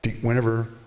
whenever